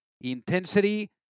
intensity